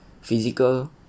physical